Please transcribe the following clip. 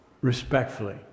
respectfully